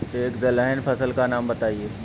एक दलहन फसल का नाम बताइये